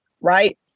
right